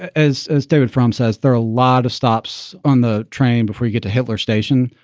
as as david frum says, there are a lot of stops on the train before you get to hitler station.